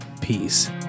Peace